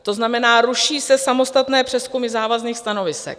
To znamená, ruší se samostatné přezkumy závazných stanovisek.